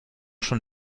schon